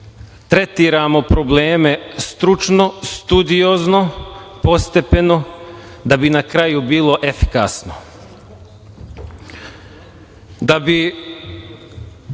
tretiramo probleme stručno, studiozno, postepeno, da bi na kraju bilo efikasno. Da